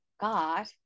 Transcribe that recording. God